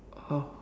oh